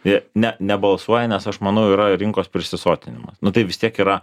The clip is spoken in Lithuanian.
jie ne nebalsuoja nes aš manau yra rinkos prisisotinimas nu tai vis tiek yra